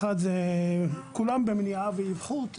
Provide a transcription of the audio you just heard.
כולם במניעה ואיבחון,